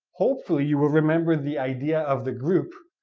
hopefully you will remember the idea of the group,